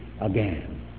again